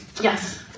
Yes